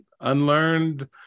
unlearned